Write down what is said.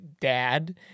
dad